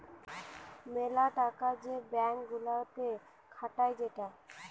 মেলা টাকা যে ব্যাঙ্ক গুলাতে খাটায় সেটা